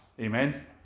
amen